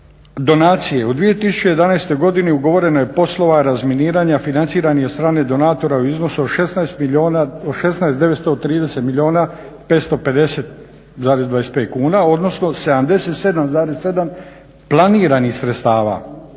Donacije. U 2011. godini ugovoreno je poslova razminiranja financirani od strane donatora u iznosu od 16 milijuna, 16 930 milijuna 550,25 kn, odnosno 77,7 planiranih sredstava